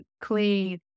clean